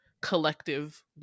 collective